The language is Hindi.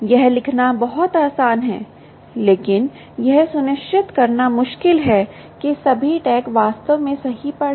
यह लिखना बहुत आसान है लेकिन यह सुनिश्चित करना मुश्किल है कि सभी टैग वास्तव में सही पढ़ें